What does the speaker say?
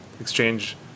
exchange